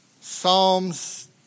Psalms